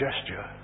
gesture